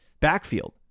backfield